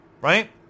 right